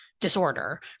disorder